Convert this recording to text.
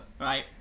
right